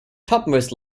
topmost